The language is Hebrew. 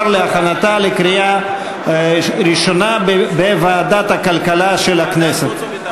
להכנתה לקריאה ראשונה בוועדת הכלכלה של הכנסת.